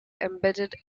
embedded